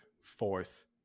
fourth